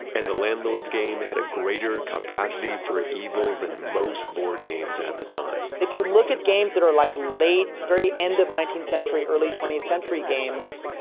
and the landlord's game had a greater capacity for evil than most board games at the time. if you look at games that are like late, very end of nineteenth century, early twentieth century games,